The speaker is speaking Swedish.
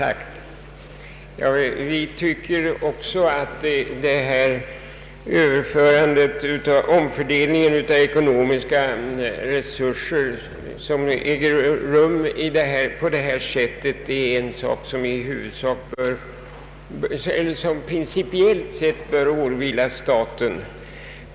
Vi tycker också att den omfördelning av ekonomiska resurser som äger rum med hjälp av skattefinansierade bidrag principiellt bör åvila staten.